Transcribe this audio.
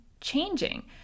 changing